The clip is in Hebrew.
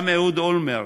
גם אהוד אולמרט